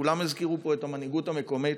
כולם הזכירו פה את המנהיגות המקומית.